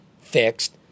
fixed